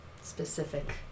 specific